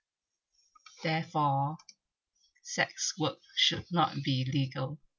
therefore sex work should not be legal